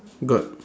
got